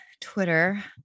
Twitter